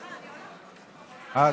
לא, לא, סליחה, אה,